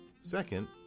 Second